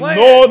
no